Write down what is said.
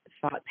thought